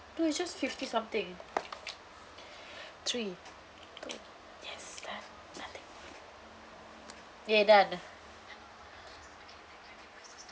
no it's just fifty something three two yes done nothing ya done